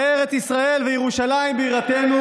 ארץ ישראל וירושלים, בירתנו